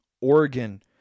Oregon